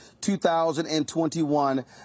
2021